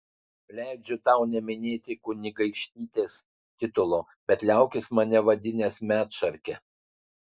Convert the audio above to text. leidžiu tau neminėti kunigaikštytės titulo bet liaukis vadinęs mane medšarke